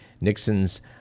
Nixon's